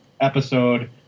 Episode